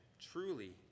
truly